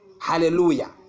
Hallelujah